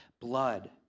blood